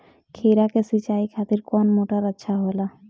खीरा के सिचाई खातिर कौन मोटर अच्छा होला?